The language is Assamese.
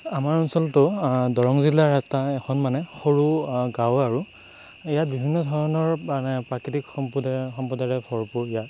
আমাৰ অঞ্চলটো দৰং জিলাৰ এটা এখন মানে সৰু গাঁও আৰু ইয়াত বিভিন্নধৰণৰ মানে প্ৰাকৃতিক সম্পদে সম্পদেৰে ভৰপূৰ ইয়াত